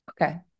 Okay